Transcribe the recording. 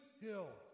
hill